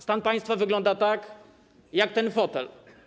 Stan państwa wygląda tak jak ten fotel.